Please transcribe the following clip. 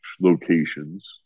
locations